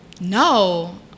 no